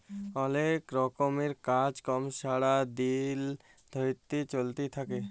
অলেক রকমের কাজ কম্ম ছারা দিল ধ্যইরে চইলতে থ্যাকে